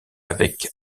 avec